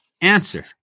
Answer